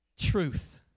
Truth